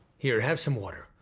here, have some water.